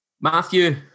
Matthew